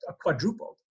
quadrupled